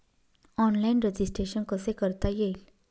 Online registration कसे करता येईल?